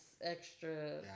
extra